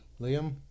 Liam